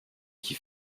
qui